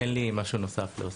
אין לי משהו נוסף להוסיף.